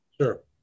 Sure